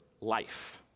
life